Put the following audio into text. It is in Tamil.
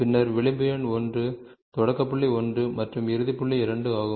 பின்னர் விளிம்பு எண் 1 தொடக்க புள்ளி 1 மற்றும் இறுதி புள்ளி 2 ஆகும்